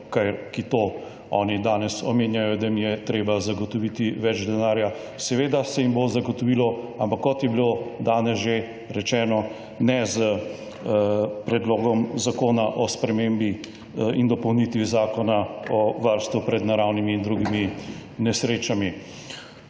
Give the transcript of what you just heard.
ki to oni danes omenjajo, da jim je treba zagotoviti več denarja. Seveda se jim bo zagotovilo, ampak kot je bilo danes že rečeno ne s Predlogom zakona o spremembi in dopolnitvi Zakona o varstvu pred naravnimi in drugimi nesrečami.